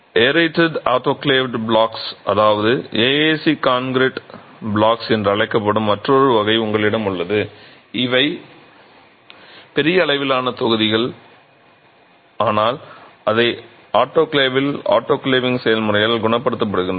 aerated autoclaved blocks அதாவது AAC concrete blocks என்று அழைக்கப்படும் மற்றொரு வகை உங்களிடம் உள்ளது இப்போது இவை பெரிய அளவிலான தொகுதிகள் ஆனால் அவை ஆட்டோகிளேவில் ஆட்டோகிளேவிங் செயல்முறையால் குணப்படுத்தப்படுகின்றன